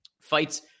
Fights